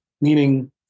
meaning